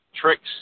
tricks